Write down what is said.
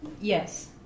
Yes